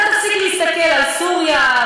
אתה תפסיק להסתכל על סוריה,